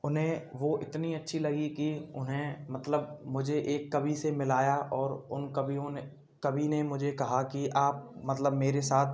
उन्हें वो इतनी अच्छी लगी कि उन्हें मतलब मुझे एक कवि से मिलाया और उन कवियों ने कवि ने मुझे कहा कि आप मतलब मेरे साथ